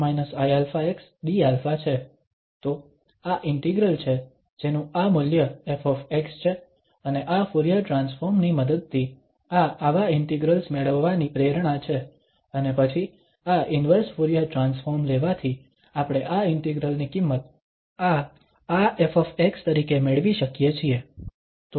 તો આ ઇન્ટિગ્રલ છે જેનું આ મૂલ્ય ƒ છે અને આ ફુરીયર ટ્રાન્સફોર્મ ની મદદથી આ આવા ઇન્ટિગ્રલ્સ મેળવવાની પ્રેરણા છે અને પછી આ ઇન્વર્સ ફુરીયર ટ્રાન્સફોર્મ લેવાથી આપણે આ ઇન્ટિગ્રલ ની કિંમત આ આ ƒ તરીકે મેળવી શકીએ છીએ